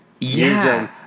using –